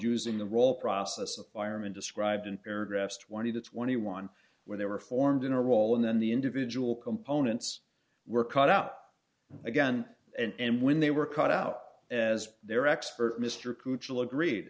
using the roll processes wireman described in paragraphs twenty to twenty one where they were formed in a roll and then the individual components were cut up again and when they were cut out as their expert mr crucial agreed